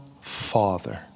Father